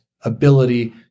ability